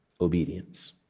Obedience